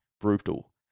brutal